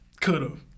Could've